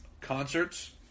concerts